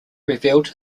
revealed